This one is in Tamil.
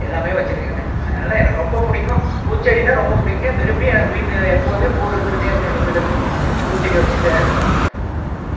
எல்லாமே வச்சிருக்கேங்க அதனால் எனக்கு ரொம்ப பிடிக்கும் பூச்செடினால் ரொம்ப பிடிக்குங்க விரும்பி வீட்டில் எப்போதுமே பூ இருந்துகிட்டே இருக்கும் எங்கள் வீட்டை சுற்றி பூச்செடி வச்சிகிட்டே தான் இருப்பேன்